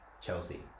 Chelsea